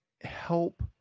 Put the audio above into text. help